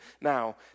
now